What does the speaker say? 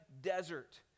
desert